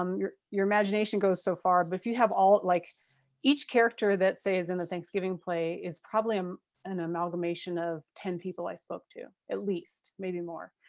um your your imagination goes so far, but if you have all, like each character that say is in the thanksgiving play, is probably um an amalgamation of ten people i spoke to at least, maybe more.